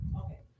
Okay